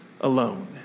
alone